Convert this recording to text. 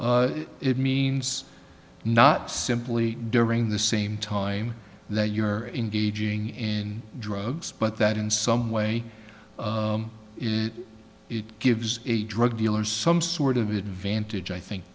is it means not simply during the same time that you're engaging in drugs but that in some way it gives a drug dealer some sort of advantage i think